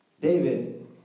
David